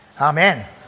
Amen